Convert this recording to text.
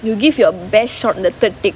you give your best shot in the third take